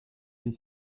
les